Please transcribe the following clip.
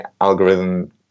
algorithm